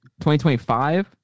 2025